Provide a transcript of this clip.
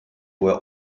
were